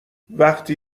وقتی